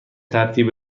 ترتیب